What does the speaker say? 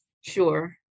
Sure